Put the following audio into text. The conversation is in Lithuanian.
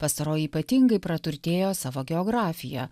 pastaroji ypatingai praturtėjo savo geografija